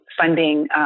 funding